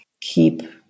keep